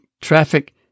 traffic